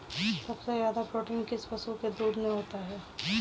सबसे ज्यादा प्रोटीन किस पशु के दूध में होता है?